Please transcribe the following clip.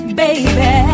baby